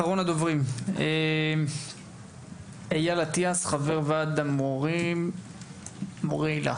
אחרון הדוברים, אייל אטיאס, חבר ועד מורי היל"ה.